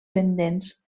pendents